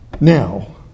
Now